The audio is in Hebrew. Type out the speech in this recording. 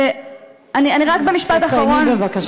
אני רק במשפט אחרון, תסיימי, בבקשה.